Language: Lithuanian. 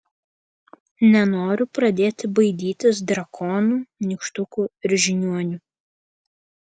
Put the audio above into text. nenoriu pradėti baidytis drakonų nykštukų ir žiniuonių